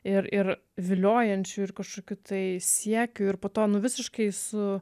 ir ir viliojančiu ir kažkokiu tai siekiu ir po to nu visiškai su